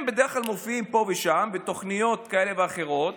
הם בדרך כלל מופיעים פה ושם בתוכניות כאלה ואחרות.